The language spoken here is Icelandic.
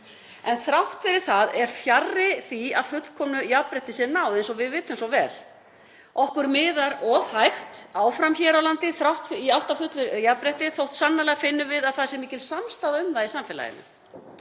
En þrátt fyrir það er fjarri því að fullkomnu jafnrétti sé náð, eins og við vitum svo vel. Okkur miðar of hægt áfram hér á landi í átt að fullu jafnrétti þótt við finnum það sannarlega að það er mikil samstaða um það í samfélaginu.